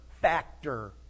Factor